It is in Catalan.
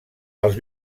els